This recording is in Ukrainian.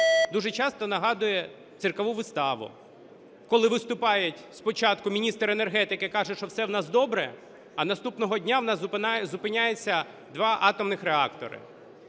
дуже часто нагадує циркову виставу, коли виступає спочатку міністр енергетики, каже, що все в нас добре, а наступного дня в нас зупиняються два атомних реактори.